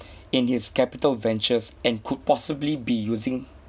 in his capital ventures and could possibly be using